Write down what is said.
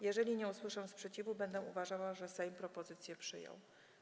Jeżeli nie usłyszę sprzeciwu, będę uważała, że Sejm propozycje przyjął.